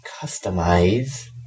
customize